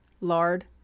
lard